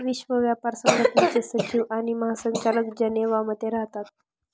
विश्व व्यापार संघटनेचे सचिव आणि महासंचालक जनेवा मध्ये राहतात